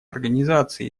организации